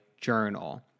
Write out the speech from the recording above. journal